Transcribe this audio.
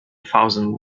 thousand